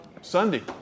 Sunday